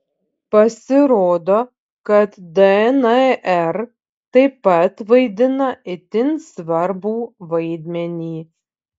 pasirodo kad dnr taip pat vaidina itin svarbų vaidmenį